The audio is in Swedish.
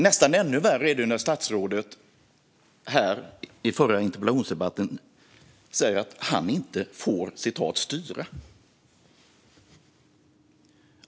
Nästan ännu värre är att statsrådet i den förra interpellationsdebatten sa att han inte får styra.